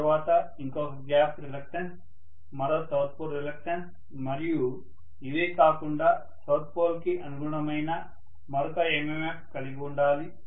తరువాత ఇంకొక gap reluctance మరో సౌత్ పోల్ రిలక్టన్స్ మరియు ఇవే కాకుండా సౌత్ పోల్ కి అనుగుణమైన మరొక MMF కలిగి ఉండాలి